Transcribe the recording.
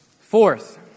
Fourth